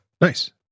Nice